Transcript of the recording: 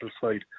side